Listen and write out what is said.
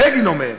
בגין אומר: